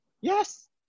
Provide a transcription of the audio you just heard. Yes